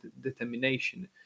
determination